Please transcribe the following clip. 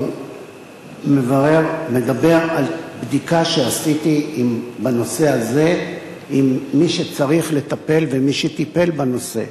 אני מדבר על בדיקה שעשיתי בנושא הזה עם מי שצריך לטפל ומי שטיפל בנושא.